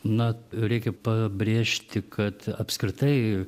na reikia pabrėžti kad apskritai